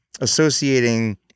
associating